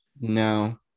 no